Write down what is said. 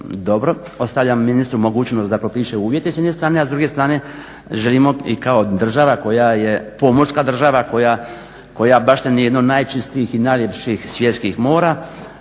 dobro. Ostavljam ministru mogućnost da propiše uvjete s jedne strane, a s druge strane želimo i kao država koja je pomorska država koja baštini jedno od najčistijih i najljepših svjetskih mora